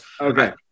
Okay